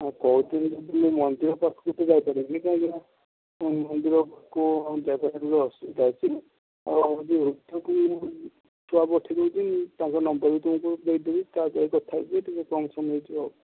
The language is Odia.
ମୁଁ କହୁଥିଲି ମନ୍ଦିର ପାଖକୁ ତ ଯାଇପାରିବିନି କାହିଁକି ନା ମନ୍ଦିର ପାଖକୁ ଗଲେ ଅସୁବିଧା ଅଛି ଆଉ ଏଠାକୁ ମୁଁ ଛୁଆ ପଠେଇଦେଉଛି ତାଙ୍କ ନମ୍ବର୍ ବି ତୁମକୁ ଦେଇଦେବି ତା ସହିତ କଥା ହେଇଯିବେ ଟିକେ କନ୍ସର୍ନ ହେଇଯିବ ଆଉ